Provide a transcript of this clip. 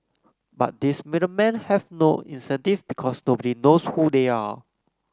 but these middle men have no incentive because nobody knows who they are